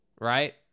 right